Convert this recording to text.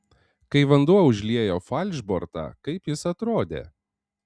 kai vanduo užliejo falšbortą kaip jis atrodė